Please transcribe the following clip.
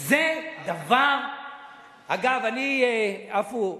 אגב, עפו,